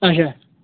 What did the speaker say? اچھا